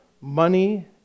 Money